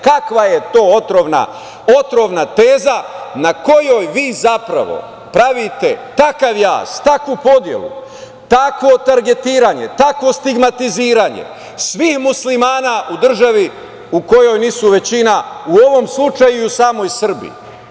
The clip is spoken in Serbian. Kakva je to otrovna teza na kojoj vi zapravo pravite takav jaz, takvu podelu takvo targetiranje, takvo stigmatiziranje, svim Muslimana u državi u kojoj nisu većina, u ovom slučaju i u samom Srbiji.